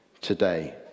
today